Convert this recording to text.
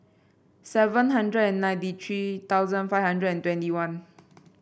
seven hundred and ninety three thousand five hundred and twenty one